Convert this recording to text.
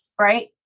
right